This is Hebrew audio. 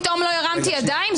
ופתאום לא הרמתי ידיים?